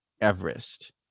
Everest